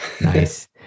Nice